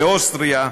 באוסטריה.